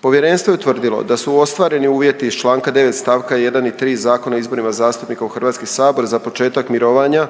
Povjerenstvo je utvrdilo da su ostvareni uvjeti iz čl. 9 st. 1 i 3 Zakona o izborima zastupnika u Hrvatski sabor za početak mirovanja